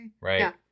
Right